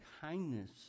kindness